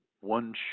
one